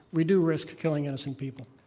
we do risk killing innocent people.